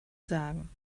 sagen